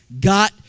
got